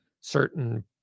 certain